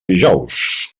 dijous